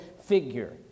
figure